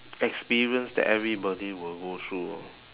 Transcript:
experience that everybody will go through